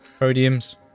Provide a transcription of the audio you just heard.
Podiums